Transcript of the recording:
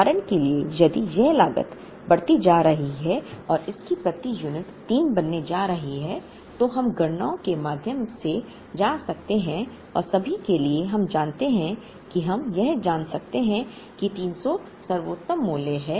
उदाहरण के लिए यदि यह लागत बढ़ती जा रही है और इसकी प्रति यूनिट 3 बनने जा रही है तो हम गणनाओं के माध्यम से जा सकते हैं और सभी के लिए हम जानते हैं कि हम यह जान सकते हैं कि 300 सर्वोत्तम मूल्य है